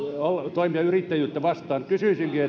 toimia yrittäjyyttä vastaan kysyisinkin